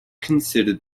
considered